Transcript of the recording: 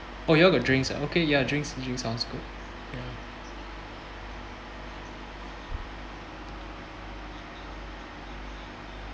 oh you all got drinks ah okay ya drinks sounds good ya